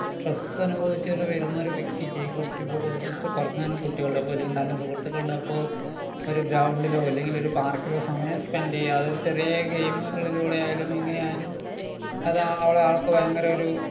stress അനുഭവിച്ചൊരു വരുന്നൊരു വ്യക്തിയ്ക്ക് കുട്ടി ഇപ്പോൾ കുറച്ച് ദിവസം കുറച്ച് നേരം കുട്ടികളുടെ ഒപ്പം അല്ലെങ്കിൽ തൻ്റെ സുഹൃത്തുക്കളുടെ ഒപ്പമോ ഒരു ഗ്രൗണ്ടിലോ അല്ലെങ്കിലൊരു പാർക്കിലോ സമയം സ്പെൻഡെയ്യാതെ ഒരു ചെറിയ ഗെയിമ്കളിലൂടെ ആയാലും എങ്ങനെ ആയാലും അത് ആ ആൾക്ക് ഭയങ്കര ഒരു